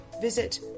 visit